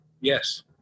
Yes